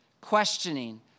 questioning